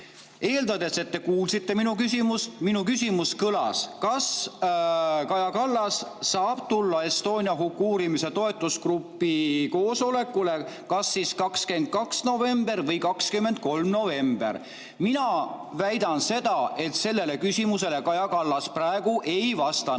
Eeldan, et te kuulsite minu küsimust, minu küsimus kõlas: kas Kaja Kallas saab tulla Estonia huku uurimise toetusgrupi koosolekule 22. novembril või 23. novembril? Mina väidan seda, et sellele küsimusele Kaja Kallas praegu ei vastanud.